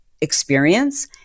experience